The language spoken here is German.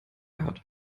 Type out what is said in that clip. hat